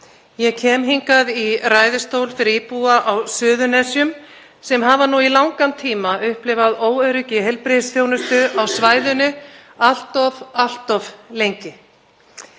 Ég kem hingað í ræðustól fyrir íbúa á Suðurnesjum sem hafa nú í langan tíma upplifað óöryggi í heilbrigðisþjónustu á svæðinu allt of lengi.